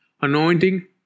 Anointing